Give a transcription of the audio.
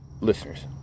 listeners